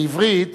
בעברית,